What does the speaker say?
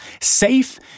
safe